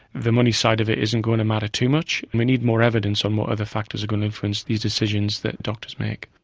the money side of it isn't going to matter too much. and we need more evidence on what other factors are going to influence these decisions that doctors make.